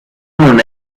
non